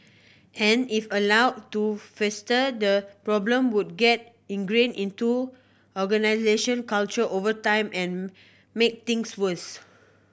and if allowed to fester the problem would get ingrained into organisational culture over time and make things worse